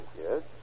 Yes